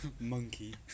Monkey